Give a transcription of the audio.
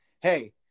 hey